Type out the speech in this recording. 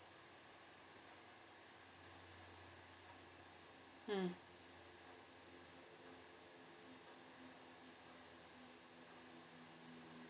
mm